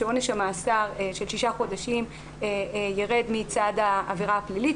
שעונש המאסר של שישה חודשים ירד מצד העבירה הפלילית,